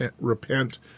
repent